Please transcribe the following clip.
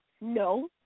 no